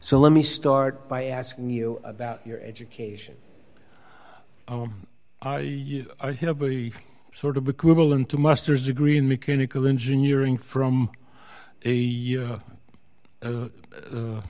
so let me start by asking you about your education i have a sort of equivalent to master's degree in mechanical engineering from a u